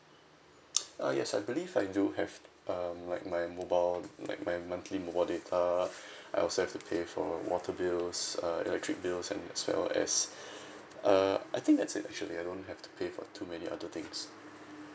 uh yes I believe I do have um like my mobile like my monthly mobile data I also have to pay for water bills uh electric bills and as well as uh I think that's it actually I don't have to pay for too many other things